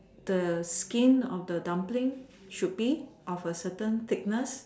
the skin of the dumpling should be of a certain thickness